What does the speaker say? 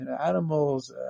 animals